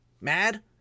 mad